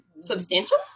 substantial